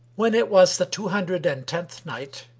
when it was the two hundred and tenth night,